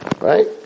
right